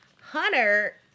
Hunter